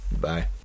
Bye